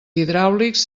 hidràulics